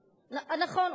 נכון,